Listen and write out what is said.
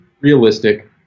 realistic